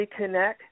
Reconnect